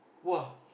!wah!